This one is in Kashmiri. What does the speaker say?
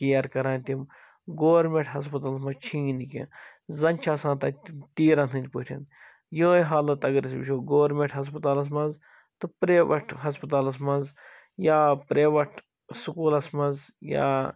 کِیر کَران تِم گورمیٹھ ہسپتالَس منٛز چھُیی نہٕ کیٚنٛہہ زَن چھِ آسان تتہِ تیٖرَن ہٕنٛدۍ پٲٹھٮ۪ن یِہَے حالت اگر أسۍ وُچھو گورمیٹھ ہسپَتالَس مَنٛز تہٕ پریویٹ ہَسپَتالَس مَنٛز یا پریٚویٹ سکوٗلَس مَنٛز یا